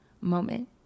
moment